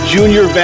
Junior